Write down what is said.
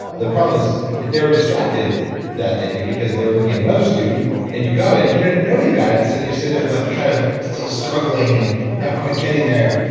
the problem is if they were distracted that day because they were looking at another student and you got it, you didn't know you got it. so, then you're sitting there like kind of still struggling and not quite getting there.